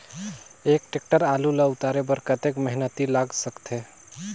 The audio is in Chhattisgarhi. एक टेक्टर आलू ल उतारे बर कतेक मेहनती लाग सकथे?